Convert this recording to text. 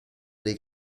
dei